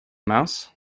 mouse